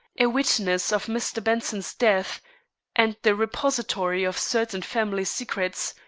a witness of mr. benson's death and the repository of certain family secrets,